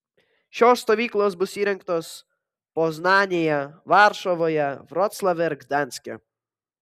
šios stovyklos bus įrengtos poznanėje varšuvoje vroclave ir gdanske